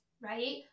right